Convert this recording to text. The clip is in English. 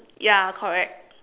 ya correct